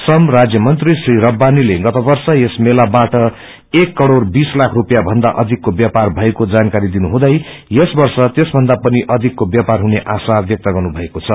श्रम राज्यमंत्री श्री रव्वानीले गत वर्ष यस मेलवाट एक करोड़ बीस लाख स्पियाँ भन्दा अषिकको व्यापार भएको जानकारी दिनुहुँदै यस वर्ष त्यसभन्दा पनि अधिको व्यापार हुने आशा व्यक्त गर्नुभएको छ